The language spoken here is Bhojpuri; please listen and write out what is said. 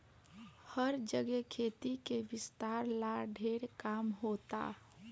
हर जगे खेती के विस्तार ला ढेर काम होता